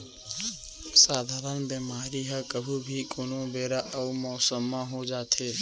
सधारन बेमारी ह कभू भी, कोनो बेरा अउ मौसम म हो जाथे